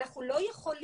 אנחנו לא יכולים